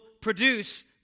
produce